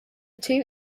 two